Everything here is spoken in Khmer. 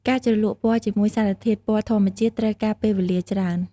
ការជ្រលក់ពណ៌ជាមួយសារធាតុពណ៌ធម្មជាតិត្រូវការពេលវេលាច្រើន។